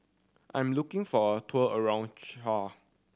I'm looking for a tour around Chad